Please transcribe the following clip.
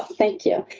thank you.